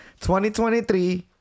2023